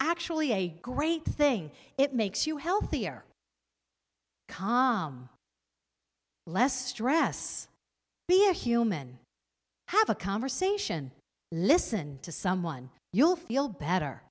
actually a great thing it makes you healthier calm less stress be a human have a conversation listen to someone you'll feel better